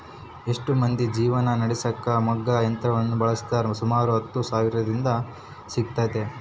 ಎಷ್ಟೊ ಮಂದಿ ಜೀವನ ನಡೆಸಕ ಮಗ್ಗ ಯಂತ್ರವನ್ನ ಬಳಸ್ತಾರ, ಸುಮಾರು ಹತ್ತು ಸಾವಿರವಿದ್ರ ಇದು ಸಿಗ್ತತೆ